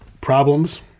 problems